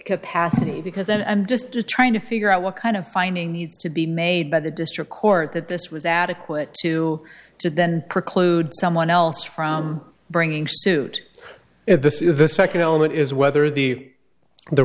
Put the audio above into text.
capacity because then i'm just trying to figure out what kind of finding needs to be made by the district court that this was adequate to to then preclude someone else from bringing suit i